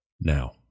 now